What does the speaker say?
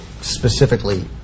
specifically